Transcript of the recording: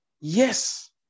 Yes